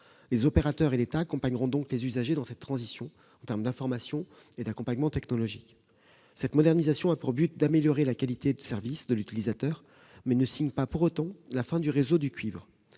Les opérateurs et l'État accompagneront donc les usagers dans cette transition, en termes d'information et d'accompagnement technologique. La modernisation a pour objectif d'améliorer la qualité de service de l'utilisateur. Elle ne signe pas pour autant la fin du réseau de cuivre.